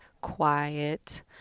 quiet